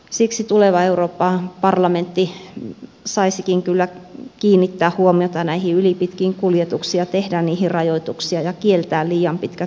siksi tuleva euroopan parlamentti saisikin kyllä kiinnittää huomiota näihin ylipitkiin kuljetuksiin ja tehdä niihin rajoituksia ja kieltää liian pitkät kuljetukset